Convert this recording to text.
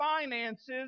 finances